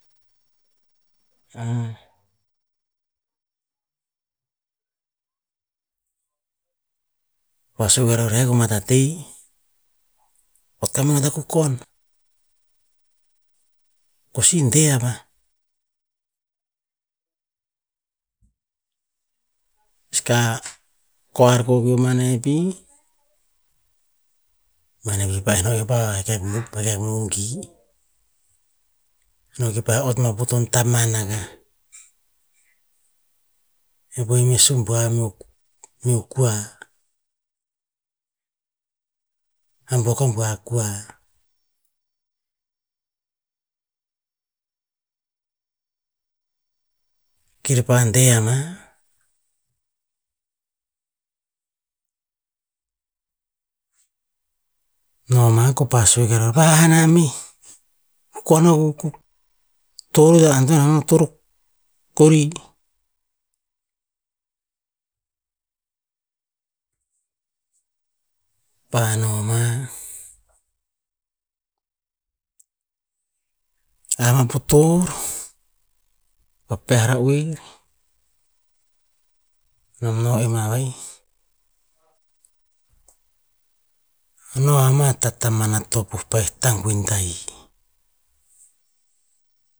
pa sue ke ra oer, "hek roh ma ta teh otama tah kukon, ko si deh a va." Skah koar peo meo manah pi, maneh pi pa'eh no en pa hek hek ma hek hek mongi, no kipa ott ma o vutovi taman akah, e weh me sumbuav meo kua, a buok o bua kua. Kir pa deh anah, noma keo pa sue, "va'ha nah meh, kukon akuk torr ta antoen anan, torr kori". Pa noma hama po torr va pe'ah ra oer, nom no en ma va'ih. No en mah tatamana tovuh pah tanguin tahi,